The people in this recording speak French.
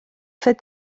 fait